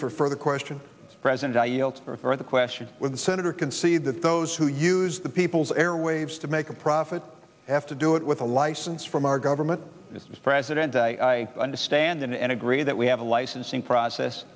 for further question present the question with the senator concede that those who use the people's airwaves to make a profit have to do it with a license from our government its president i understand and agree that we have a licensing process